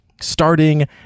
starting